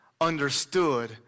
understood